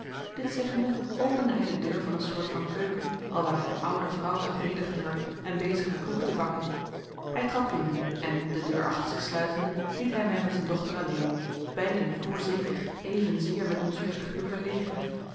dit zeggende opende hij de deur van een soort van keuken alwaar ik een oude vrouw zag nedergehurkt en bezig met koeken te bakken hij trad binnen en de deur achter zich sluitende liet hij mij met zijn dochter alleen beiden voorzeker evenzeer met onze figuur